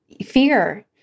fear